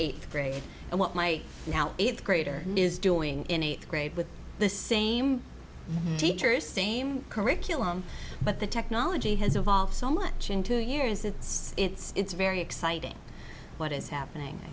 eighth grade and what my now eighth grader is doing in eighth grade with the same teacher same curriculum but the technology has evolved so much in two years it's it's very exciting what is happening i